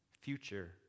future